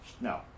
No